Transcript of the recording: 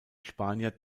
spanier